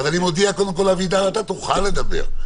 אני מודיע, אבידר, שאתה תוכל לדבר.